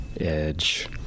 edge